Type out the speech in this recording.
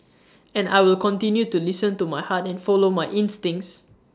and I will continue to listen to my heart and follow my instincts